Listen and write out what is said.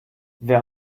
wer